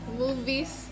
movies